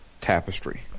tapestry